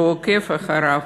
שהוא עוקב אחריו,